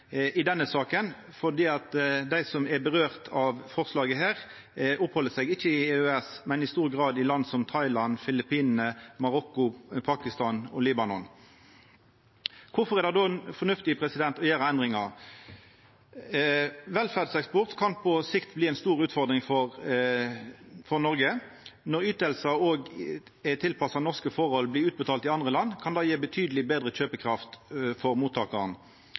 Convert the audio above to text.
i denne saka, for dei som er råka av dette forslaget, oppheld seg ikkje i EØS-land, men i stor grad i land som Thailand, Filippinane, Marokko, Pakistan og Libanon. Kvifor er det då fornuftig å gjera endringar? Velferdseksport kan på sikt bli ei stor utfordring for Noreg. Når ytingar tilpassa norske forhold blir utbetalt i andre land, kan det gje betydeleg betre kjøpekraft for